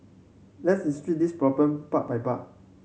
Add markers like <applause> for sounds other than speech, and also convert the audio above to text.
let's <unintelligible> this problem part by part